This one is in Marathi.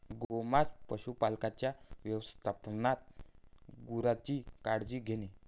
गोमांस पशुपालकांच्या व्यवस्थापनात गुरांची काळजी घेणे